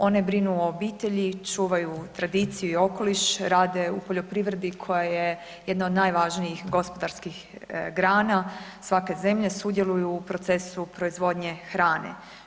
One brinu o obitelji, čuvaju tradiciju i okoliš, rade u poljoprivredi koja je jedna od najvažnijih gospodarskih grana, svake zemlje sudjeluju u procesu proizvodnje hrane.